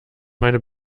meine